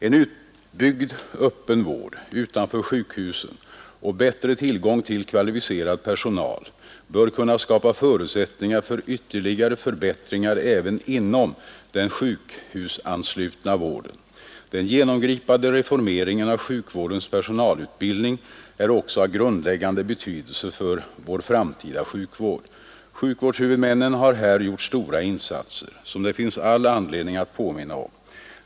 En utbyggd öppen vård utanför sjukhusen och bättre tillgång till kvalificerad personal bör kunna skapa förutsättningar för ytterligare förbättringar även inom den sjukhusanslutna vården. Den genomgripande reformeringen av sjukvårdens personalutbildning är också av grundläggande betydelse för vår framtida sjukvård. Sjukvårdshuvudmännen har här gjort stora insatser, som det finns all anledning att påminna om.